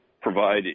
provide